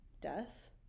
death